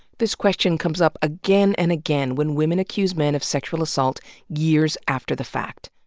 this question comes up again and again when women accuse men of sexual assault years after the fact.